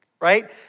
Right